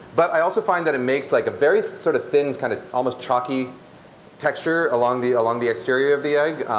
but i also find that it makes like a very sort of thin kind of almost chalky texture along the along the exterior of the egg.